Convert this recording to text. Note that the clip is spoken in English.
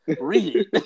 read